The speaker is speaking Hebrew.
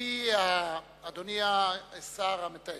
אדוני השר המתאם.